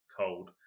cold